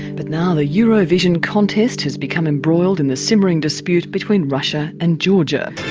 but now the eurovision contest has become embroiled in the simmering dispute between russia and georgia.